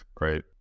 Right